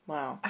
Wow